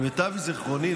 למיטב זיכרוני,